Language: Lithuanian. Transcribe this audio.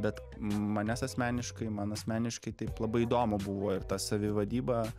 bet manęs asmeniškai man asmeniškai taip labai įdomu buvo ir ta savivadyba